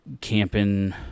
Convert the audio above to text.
camping